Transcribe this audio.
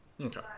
Okay